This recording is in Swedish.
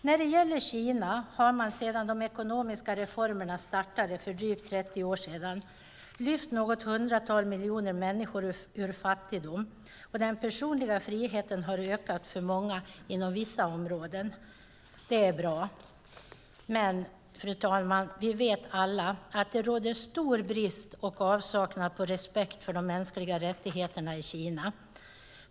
När det gäller Kina har man sedan de ekonomiska reformerna startade för drygt 30 år sedan lyft något hundratal miljoner människor ur fattigdom, och den personliga friheten har ökat för många inom vissa områden. Det är bra. Men, fru talman, vi vet alla att det råder stor brist på och avsaknad av respekt för de mänskliga rättigheterna i Kina.